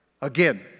Again